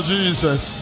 Jesus